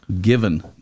given